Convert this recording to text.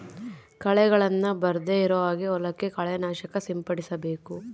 ಕಳೆಗಳನ್ನ ಬರ್ದೆ ಇರೋ ಹಾಗೆ ಹೊಲಕ್ಕೆ ಕಳೆ ನಾಶಕ ಸಿಂಪಡಿಸಬೇಕು